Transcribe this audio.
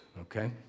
okay